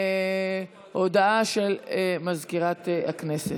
הודעה למזכירת הכנסת.